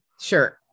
sure